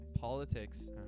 Politics